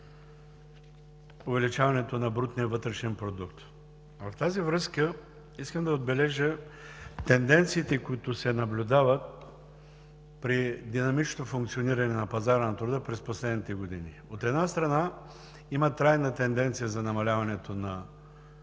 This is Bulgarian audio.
увеличаването на брутния вътрешен продукт. В тази връзка искам да отбележа тенденциите, които се наблюдават при динамично функциониране на пазара на труда през последните години. От една страна, има трайна тенденция за намаляването на